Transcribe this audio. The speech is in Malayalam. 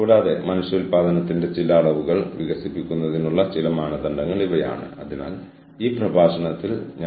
കൂടാതെ ഈ കാര്യങ്ങളെല്ലാം നമ്മൾ കണക്കിലെടുക്കേണ്ടതുണ്ട് തുടർന്ന് അവർ എങ്ങനെ പ്രവർത്തിക്കണമെന്ന് തീരുമാനിക്കണം